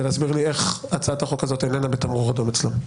להסביר לי איך הצעת החוק הזו איננה בתמרור אדום אצלם.